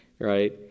Right